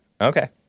Okay